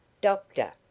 Doctor